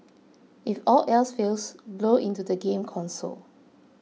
if all else fails blow into the game console